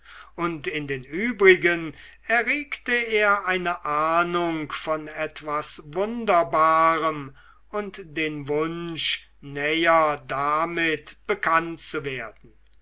und in den übrigen erregte er eine ahnung von etwas wunderbarem und den wunsch näher damit bekannt zu werden